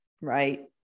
right